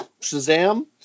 Shazam